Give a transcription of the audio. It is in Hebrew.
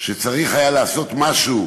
היה לעשות משהו